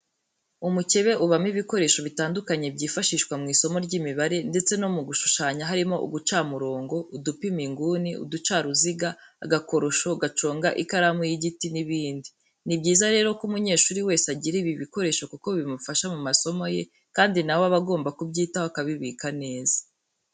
Umukebe ubamo ibikoresho bitandukanye byifashishwa mu isomo ry'imibare ndetse no mu gushushanya harimo ugacamurongo, udupima inguni, uducaruziga, agakorosho gaconga ikaramu y'igiti n'ibindi. Ni byiza rero ko umunyeshuri wese agira ibi bikoresho kuko bimufasha mu masomo ye kandi na we aba agomba kubyitaho akabibika neza.